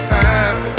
time